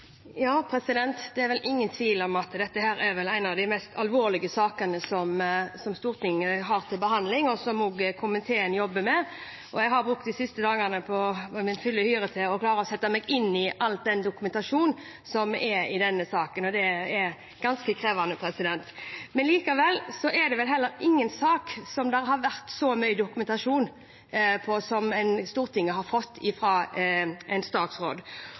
som også komiteen jobber med. Jeg har brukt de siste dagene til og hatt min fulle hyre med å klare å sette meg inn i all dokumentasjonen som er i denne saken, og det er ganske krevende. Likevel er det vel heller ingen sak som det har vært så mye dokumentasjon på som Stortinget har fått fra en statsråd.